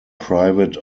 private